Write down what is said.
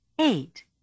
Eight